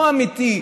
לא אמיתי,